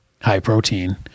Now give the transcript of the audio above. High-protein